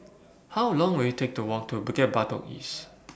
How Long Will IT Take to Walk to Bukit Batok East